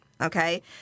Okay